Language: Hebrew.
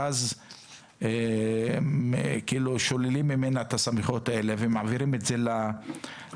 ואז הם שוללים ממנה את הסמכויות האלה ומעבירים את זה לוועדות